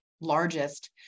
largest